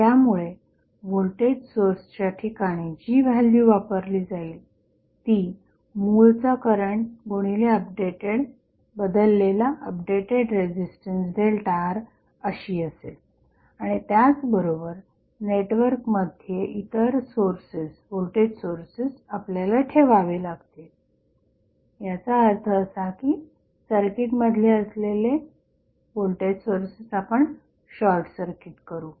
त्यामुळे व्होल्टेज सोर्सच्या ठिकाणी जी व्हॅल्यू वापरली जाईल ती मुळचा करंट गुणिले बदललेला अपडेटेड रेझिस्टन्स ΔR अशी असेल आणि त्याचबरोबर नेटवर्कमध्ये सर्व इतर व्होल्टेज सोर्सेस आपल्याला ठेवावे लागतील याचा अर्थ असा की सर्किटमध्ये असलेले व्होल्टेज सोर्सेस आपण शॉर्टसर्किट करू